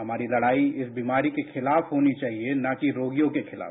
हमारी लड़ाई इस बीमारी के खिलाफ होनी चाहिए न कि रोगियों के खिलाफ